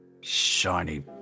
Shiny